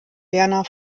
werner